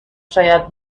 شاید